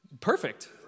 Perfect